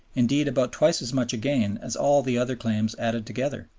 indeed about twice as much again as all the other claims added together.